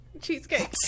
Cheesecake